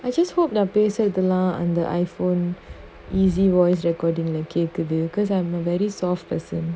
I just hope நா பேசுரதுலா அந்த:na pesurathulaa antha iphone easy voice recording lah கேக்குது:kekuthu because I'm a very soft person